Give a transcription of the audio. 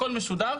הכול משודר,